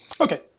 Okay